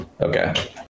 okay